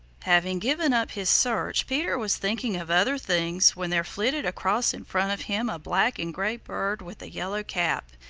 having given up his search peter was thinking of other things when there flitted across in front of him a black and gray bird with a yellow cap,